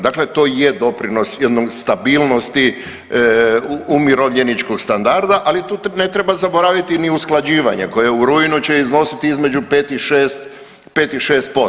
Dakle, to je doprinos jednoj stabilnosti umirovljeničkog standarda, ali tu ne treba zaboraviti ni usklađivanje koje u rujnu će iznositi između 5 i 6%